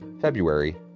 February